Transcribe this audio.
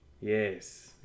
Yes